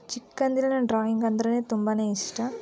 ಚಿಕ್ಕಂದಿಂದ ನನಗೆ ಡ್ರಾಯಿಂಗ್ ಅಂದರೆ ತುಂಬ ಇಷ್ಟ